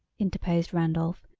interposed randolph,